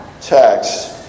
text